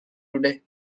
today